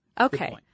Okay